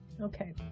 Okay